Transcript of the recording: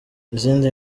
izindi